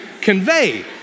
convey